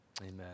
Amen